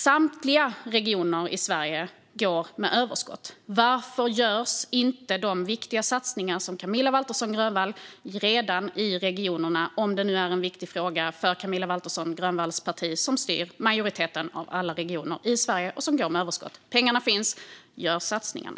Samtliga regioner i Sverige går med överskott. Varför görs inte de viktiga satsningar som Camilla Waltersson Grönvall vill ha redan i regionerna om det här är en viktig fråga för hennes parti som ju styr majoriteten av alla regioner i Sverige? De går med överskott. Pengarna finns. Gör satsningarna!